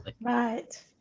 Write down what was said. Right